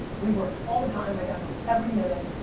we worked all the time. my dad worked every minute.